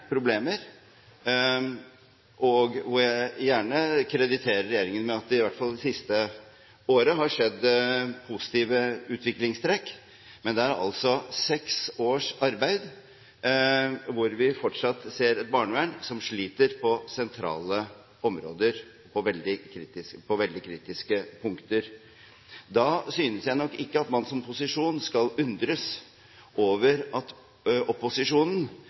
problemer. Jeg krediterer gjerne regjeringen for at det i hvert fall i det siste året har skjedd positive utviklingstrekk, men altså etter seks års arbeid ser vi fortsatt et barnevern som sliter på sentrale områder og på veldig kritiske punkter. Da synes jeg nok ikke at man som posisjon skal undres over at opposisjonen